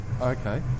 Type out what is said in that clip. Okay